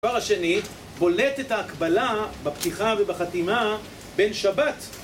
הדבר השני, בולטת ההקבלה בפתיחה ובחתימה בין שבת.